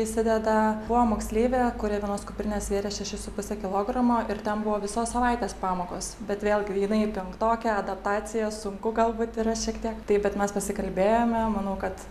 įsideda buvo moksleivė kuri vienos kuprinės svėrė šešis su puse kilogramo ir ten buvo visos savaitės pamokos bet vėl grynai penktokė adaptacija sunku galbūt yra šiek tiek tai bet mes pasikalbėjome manau kad